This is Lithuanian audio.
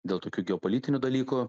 dėl tokių geopolitinių dalykų